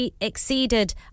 exceeded